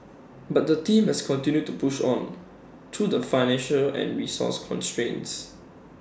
but the team has continued to push on through the financial and resource constraints